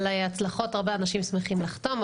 על הצלחות הרבה אנשים שמחים לחתום,